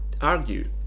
argue